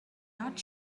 not